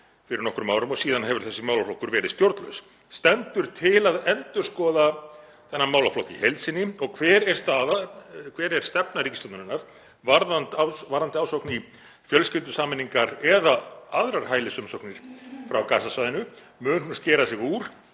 fyrir nokkrum árum og síðan hefur þessi málaflokkur verið stjórnlaus. Stendur til að endurskoða þennan málaflokk í heild sinni? Og hver er stefna ríkisstjórnarinnar varðandi ásókn í fjölskyldusameiningar eða aðrar hælisumsóknir frá Gaza-svæðinu? Mun hún skera sig úr